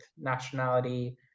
nationality